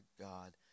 God